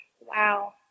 Wow